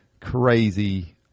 crazy